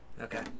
okay